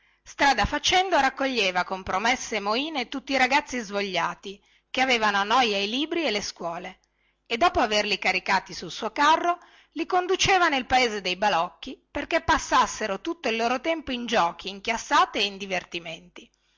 strada facendo raccoglieva con promesse e con moine tutti i ragazzi svogliati che avevano a noia i libri e le scuole e dopo averli caricati sul suo carro li conduceva nel paese dei balocchi perché passassero tutto il loro tempo in giochi in chiassate e in divertimenti